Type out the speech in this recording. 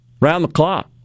round-the-clock